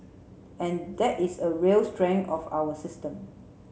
and that is a real strength of our system